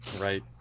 right